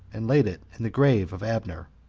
and laid it in the grave of abner.